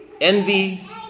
envy